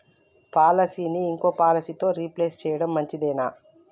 పాలసీని ఇంకో పాలసీతో రీప్లేస్ చేయడం మంచిదేనా?